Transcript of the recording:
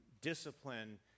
discipline